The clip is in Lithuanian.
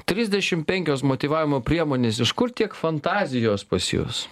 trisdešimt penkios motyvavimo priemonės iš kur tiek fantazijos pas jus